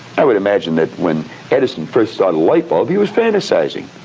i would imagine that when edison first saw the light bulb, he was fantasizing,